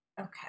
Okay